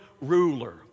ruler